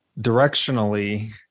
directionally